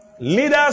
Leaders